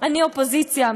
אני אופוזיציה.